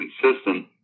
consistent